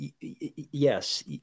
yes